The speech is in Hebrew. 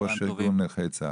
יושב ראש ארגון נכי צה"ל.